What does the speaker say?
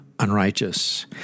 unrighteous